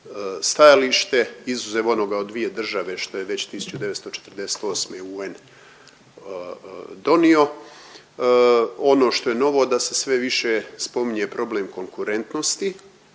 stajalište izuzev onoga o dvije države što je već 1948. UN donio. Ono što je novo da se sve više spominje problem konkurentnosti,